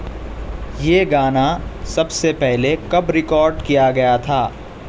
یہ گانا سب سے پہلے کب ریکارڈ کیا گیا تھا